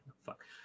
fuck